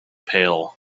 pail